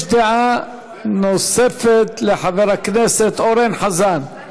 יש דעה נוספת לחבר הכנסת אורן חזן.